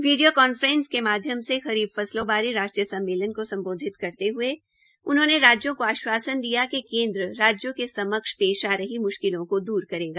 video conference के माध्यम से खरीफ फसलों बारे राष्ट्रीय सम्मेलन को सम्बोधित करते हये उन्होंने राज्यों को आशवासन दिया कि केन्द्र राज्यों के समक्ष पेश आ रही म्शकिलों को दूर करेगा